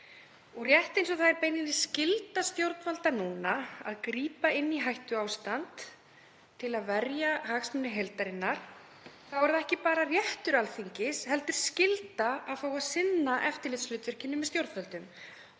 rétt eins og það er beinlínis skylda stjórnvalda núna að grípa inn í hættuástand til að verja hagsmuni heildarinnar er það ekki bara réttur Alþingis heldur skylda að fá að sinna eftirlitshlutverki sínu með stjórnvöldum.